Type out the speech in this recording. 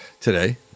today